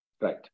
Right